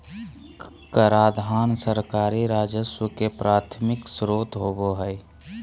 कराधान सरकारी राजस्व के प्राथमिक स्रोत होबो हइ